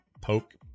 poke